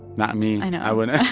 not me i know i wouldn't.